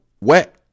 wet